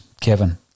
Kevin